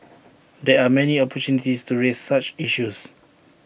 there are many opportunities to raise such issues